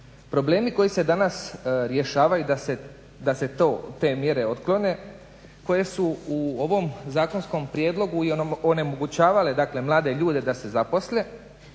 Problemi koji se danas rješavaju da se te mjere otklone koje su u ovom zakonskom prijedlogu i onemogućavale dakle mlade ljude da se zaposle,